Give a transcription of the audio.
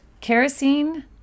kerosene